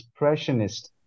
expressionist